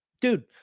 Dude